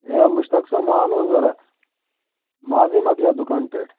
A Mushtaq صٲب مال اوس ضروٗرت مازٕے مۅکلیٛو دُکانہٕ پٮ۪ٹھ